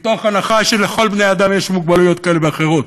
מתוך הנחה שלכל בני-האדם יש מוגבלויות כאלה ואחרות,